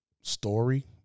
story